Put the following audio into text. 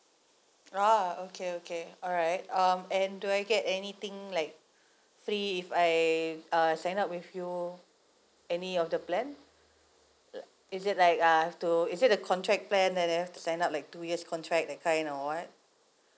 ah okay okay alright um and do I get anything like free if I uh sign up with you any of the plan like is it like I have to is it the contract plan that I have to sign up like two years contract that kind or what